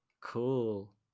cool